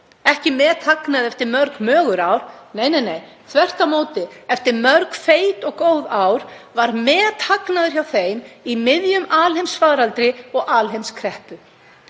Ekki methagnaði eftir mörg mögur ár. Nei, þvert á móti, eftir mörg feit og góð ár var methagnaður hjá þeim í miðjum alheimsfaraldri og alheimskreppu.